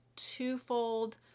Twofold